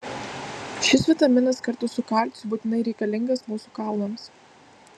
šis vitaminas kartu su kalciu būtinai reikalingas mūsų kaulams